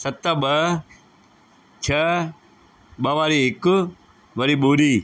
सत ॿ छह ॿ वारी हिक वरी ॿुरी